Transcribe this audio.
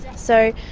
so,